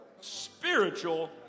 Spiritual